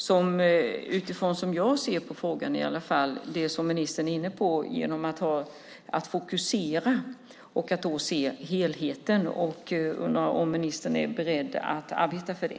Som jag ser på frågan, det som ministern är inne på, handlar det om att fokusera och se helheten. Jag undrar om ministern är beredd att arbeta för det.